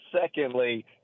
secondly